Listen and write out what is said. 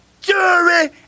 jury